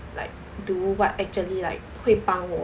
like do what actually like 会帮我